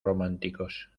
románticos